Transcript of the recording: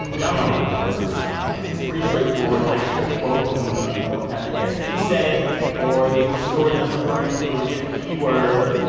and y'all know how it works at this point, i think. it's pretty straightforward. straightforward. i share a quote from the week. you both have to guess who said it or get the story that i'm referring to or get a keyword.